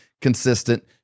consistent